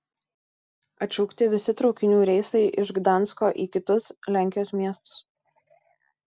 atšaukti visi traukinių reisai iš gdansko į kitus lenkijos miestus